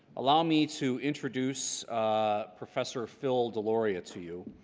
allow me to introduce professor phil deloria to you.